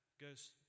goes